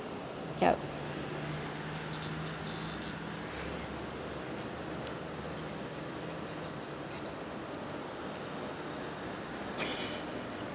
yup